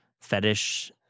fetish